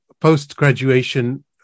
post-graduation